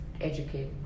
educate